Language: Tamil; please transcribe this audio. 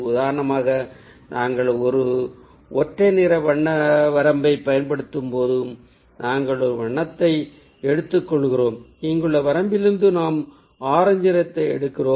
உதாரணமாக நாங்கள் ஒரு ஒற்றை நிற வண்ண வரம்பைப் பயன்படுத்தும்போது நாங்கள் ஒரு வண்ணத்தை எடுத்துக்கொள்கிறோம் இங்குள்ள வரம்பிலிருந்து நாம் ஆரஞ்சு நிறத்தை எடுக்கிறோம்